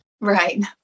Right